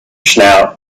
snout